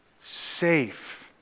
safe